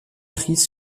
crise